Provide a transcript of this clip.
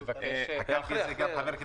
חכ"ל.